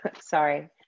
sorry